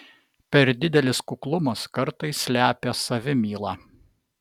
per didelis kuklumas kartais slepia savimylą